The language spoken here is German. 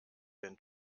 den